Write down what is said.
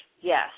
yes